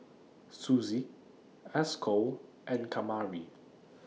Suzy Esco and Kamari